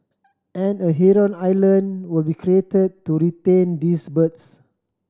and a heron island will be created to retain these birds